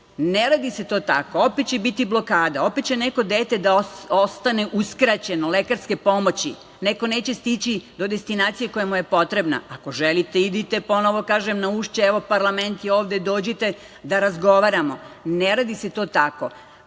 Ne radi se to tako. Opet će biti blokade, opet će neko dete da ostane uskraćeno lekarske pomoći, neko neće stići do destinacije koja mu je potrebna. Ako želite, idite, ponovo kažem, na Ušće, evo parlament je ovde, dođite da razgovaramo. Ne radi se to tako.